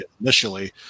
initially